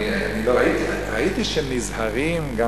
ראיתי שהם נזהרים מאוד,